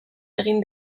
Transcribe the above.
egin